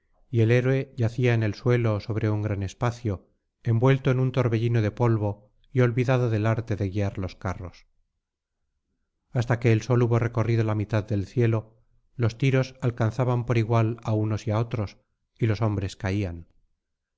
y el héroe yacía en el suelo sobre un gran espacio envuelto en un torbellino de polvo y olvidado del arte de guiar los carros hasta que el sol hubo recorrido la mitad del cielo los tiros alcanzaban por igual á unos y á otros y los hombres caían